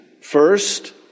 First